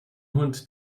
hund